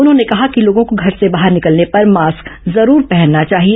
उन्होंने कहा कि लोगों को घर से बाहर निकलने पर मास्क जरूर पहनना चाहिए